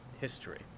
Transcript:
history